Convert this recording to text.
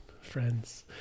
friends